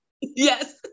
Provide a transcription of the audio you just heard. Yes